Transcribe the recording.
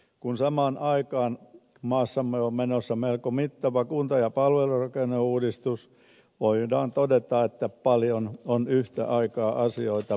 kun samaan aikaan maassamme on menossa melko mittava kunta ja palvelurakenneuudistus voidaan todeta että paljon on yhtä aikaa asioita pöydällä